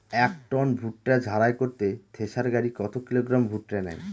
এক টন ভুট্টা ঝাড়াই করতে থেসার গাড়ী কত কিলোগ্রাম ভুট্টা নেয়?